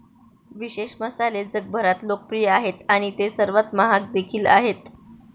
विशेष मसाले जगभरात लोकप्रिय आहेत आणि ते सर्वात महाग देखील आहेत